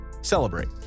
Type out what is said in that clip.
celebrate